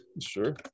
Sure